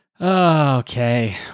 okay